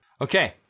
Okay